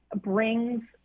brings